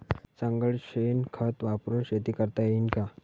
सगळं शेन खत वापरुन शेती करता येईन का?